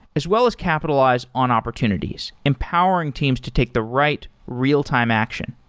as well as capitalize on opportunities, empowering teams to take the right real-time action.